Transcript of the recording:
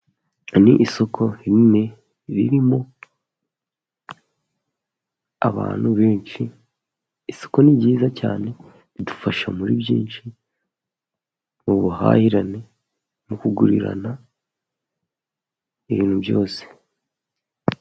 Ni isoko rinini, ririmo abantu benshi. Isoko ni ryiza cyane, ridufasha muri byinshi, mu buhahirane, no kugurirana ibintu byose.